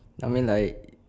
I mean like